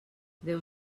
deu